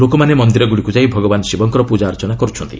ଲୋକମାନେ ମନ୍ଦିରଗୁଡ଼ିକୁ ଯାଇ ଭଗବାନ୍ ଶିବଙ୍କର ପୂଜାର୍ଚ୍ଚନା କରୁଛନ୍ତି